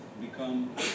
become